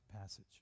passage